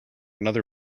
another